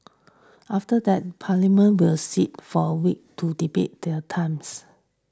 after that Parliament will sit for a week to debate their times